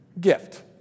gift